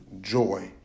joy